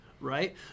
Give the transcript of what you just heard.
right